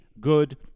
good